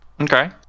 Okay